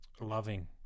loving